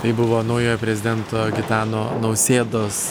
tai buvo naujojo prezidento gitano nausėdos